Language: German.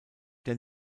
der